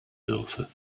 dürfe